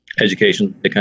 education